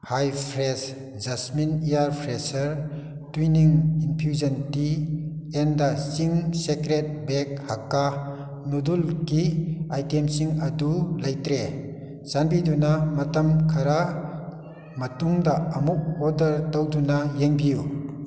ꯍꯥꯏ fresh jasmine ꯏꯌꯔ fresher Twinings infusion tea and ꯆꯤꯡ secret bag ꯍꯛꯀꯥ ꯅꯨꯗꯨꯜꯒꯤ ꯑꯥꯏꯇꯦꯝꯁꯤꯡ ꯑꯗꯨ ꯂꯩꯇ꯭ꯔꯦ ꯆꯥꯟꯕꯤꯗꯨꯅ ꯃꯇꯝ ꯈꯔ ꯃꯇꯨꯡꯗ ꯑꯃꯨꯛ ꯑꯣꯗꯔ ꯇꯧꯗꯨꯅ ꯌꯦꯡꯕꯤꯌꯨ